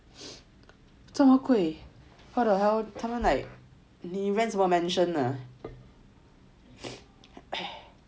这么贵 what the hell 他们 like rent 什么 mansion ah